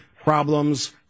problems